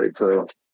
right